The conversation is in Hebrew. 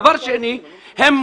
דבר שני,